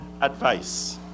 advice